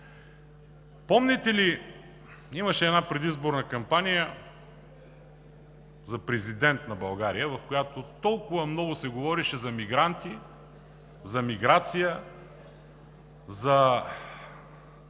Помните ли, имаше една предизборна кампания за президент на България, в която толкова много се говореше за мигранти, за миграция, за